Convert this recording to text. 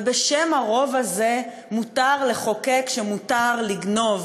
ובשם הרוב הזה מותר לחוקק שמותר לגנוב.